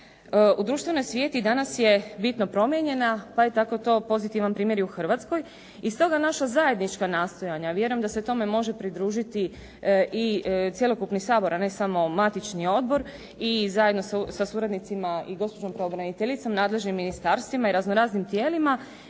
u društvenom svijetu danas je bitno promijenjena, pa je tako to pozitivan primjer i u Hrvatskoj. I stoga naša zajednička nastojanja, vjerujem da se tome može pridružiti i cjelokupni Sabor, a ne samo matični odbor i zajedno sa suradnicima i gospođom pravobraniteljicom, nadležnim ministarstvima i razno raznim tijelima,